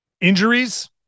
injuries